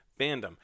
Fandom